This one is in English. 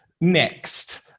Next